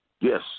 Yes